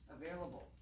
available